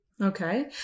Okay